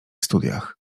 studiach